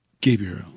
Gabriel